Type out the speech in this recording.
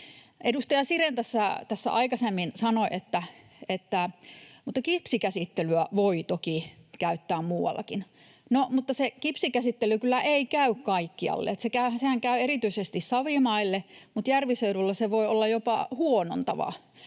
Edustaja Sirén tässä aikaisemmin sanoi, että ”mutta kipsikäsittelyä voi toki käyttää muuallakin”. No, se kipsikäsittely ei kyllä käy kaikkialle. Sehän käy erityisesti savimaille, mutta järviseuduilla se voi olla jopa huonontava